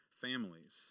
families